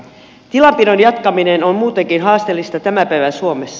tilanpidon jatkaminen on muutenkin haasteellista tämän päivän suomessa